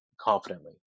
confidently